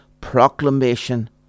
proclamation